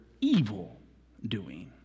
evil-doing